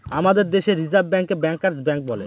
আমাদের দেশে রিসার্ভ ব্যাঙ্কে ব্যাঙ্কার্স ব্যাঙ্ক বলে